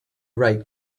write